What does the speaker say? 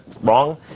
wrong